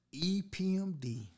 EPMD